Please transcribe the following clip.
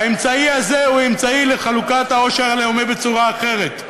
האמצעי הזה הוא אמצעי לחלוקת העושר הלאומי בצורה אחרת.